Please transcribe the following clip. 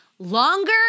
Longer